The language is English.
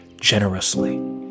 generously